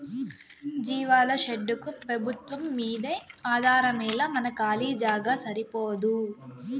జీవాల షెడ్డుకు పెబుత్వంమ్మీదే ఆధారమేలా మన కాలీ జాగా సరిపోదూ